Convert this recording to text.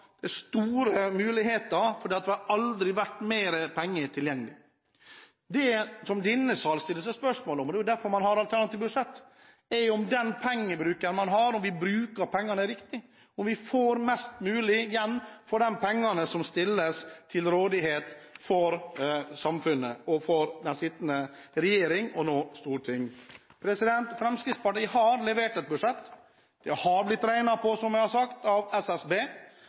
som har store muligheter fordi det aldri har vært mer penger tilgjengelig. Det denne sal stiller seg spørsmål ved, er den pengebruken man har – og det er jo derfor man har alternative budsjetter: Bruker vi pengene riktig, får vi mest mulig igjen for de pengene som stilles til rådighet for samfunnet, den sittende regjering og Stortinget? Fremskrittspartiet har levert et budsjett. Det har, som jeg har sagt, blitt regnet på av SSB,